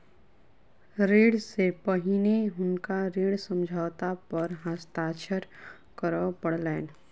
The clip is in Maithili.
ऋण सॅ पहिने हुनका ऋण समझौता पर हस्ताक्षर करअ पड़लैन